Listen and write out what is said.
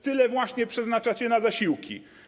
Tyle właśnie przeznaczacie na zasiłki.